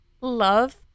love